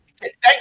Thank